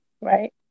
right